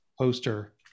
poster